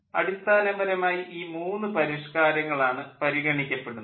അടിസ്ഥാനപരമായി ഈ മൂന്ന് പരിഷ്ക്കാരങ്ങളാണ് പരിഗണിക്കപ്പെടുന്നത്